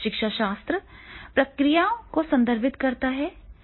शिक्षाशास्त्र प्रक्रियाओं को संदर्भित करता है